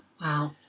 Wow